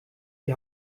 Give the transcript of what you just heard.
die